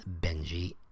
benji